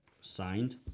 signed